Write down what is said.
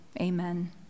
amen